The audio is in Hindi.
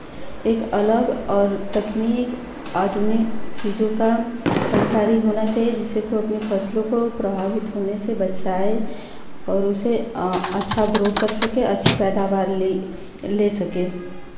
एक अलग और तकनीक आधुनिक चीज़ों का जानकारी होना चहिए जिससे को अपनी फसलों को प्रभावित होने से बचाए और उसे अ अच्छा ग्रो कर सके अच्छी पैदावार ले ले सके